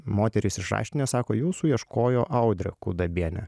moterys iš raštinės sako jūsų ieškojo audrė kudabienė